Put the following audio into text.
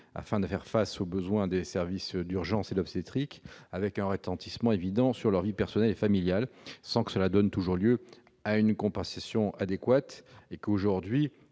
afin de faire face aux besoins des services d'urgence et d'obstétrique, avec un retentissement évident sur leur vie personnelle et familiale, sans que cela ne donne toujours lieu à des compensations adéquates. Actuellement,